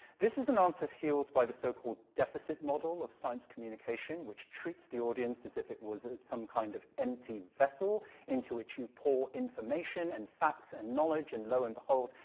this is an answer fueled by the so-called deficit model of science communication, which treats the audience as if it was some kind of empty vessel into which you pour information and facts and knowledge, and low and behold,